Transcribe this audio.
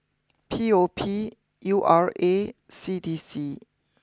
P O P U R A C D C